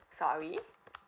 sorry